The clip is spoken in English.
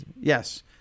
Yes